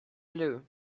blue